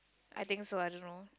I think so I don't know